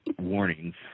warnings